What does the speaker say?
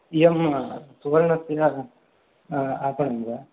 इदं सुवर्णस्य आपणं वा